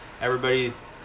everybody's